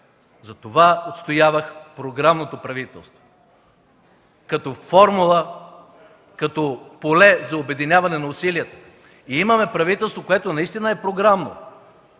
Затова отстоявах програмното правителство, като формула, като поле за обединяване на усилията. Имаме правителство, което наистина е програмно